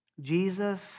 Jesus